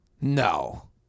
No